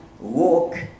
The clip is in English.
walk